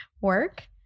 work